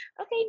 okay